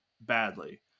badly